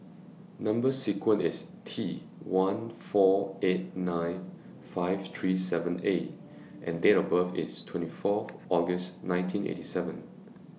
Number sequence IS T one four eight nine five three seven A and Date of birth IS twenty Fourth August nineteen eighty seven